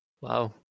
Wow